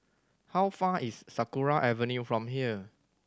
how far is Sakra Avenue from here